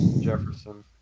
Jefferson